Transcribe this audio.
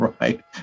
right